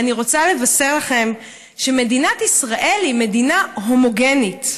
אני רוצה לבשר לכם שמדינת ישראל היא מדינה הטרוגנית.